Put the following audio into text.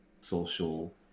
social